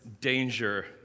danger